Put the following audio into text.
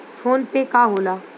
PhonePe का होला?